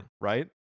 right